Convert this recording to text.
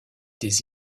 des